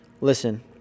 Listen